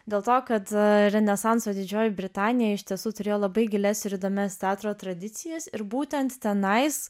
dėl to kad renesanso didžioji britanija iš tiesų turėjo labai gilias ir įdomias teatro tradicijas ir būtent tenais